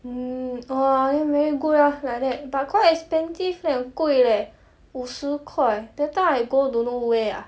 mm orh then very good ah like that quite expensive eh 很贵 leh 五十块 that time I go don't know where ah